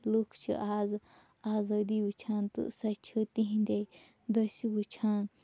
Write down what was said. لُکھ چھِ اَز آزٲدی وُچھان تہٕ سۄ چھِ تِہٕنٛدے دٔسۍ وُچھان